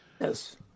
Yes